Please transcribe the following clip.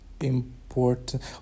important